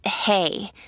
hey